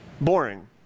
Boring